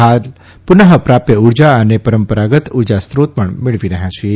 હાલ પન઼ઃપ્રાપ્ય ઉર્જા અને પરંપરાગત ઉર્જા સ્રોત પણ મેળવી રહ્યા છીએ